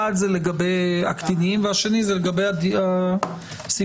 אחד זה לגבי הקטינים והשני לגבי שמיעת